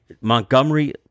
Montgomery